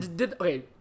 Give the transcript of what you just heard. okay